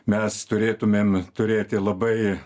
mes turėtumėm turėti labai